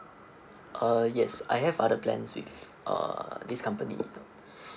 uh yes I have other plans with uh this company